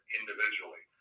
individually